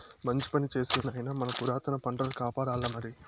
మంచి పని చేస్తివి నాయనా మన పురాతన పంటల కాపాడాల్లమరి